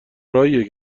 راهیه